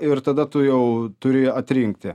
ir tada tu jau turi atrinkti